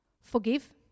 Forgive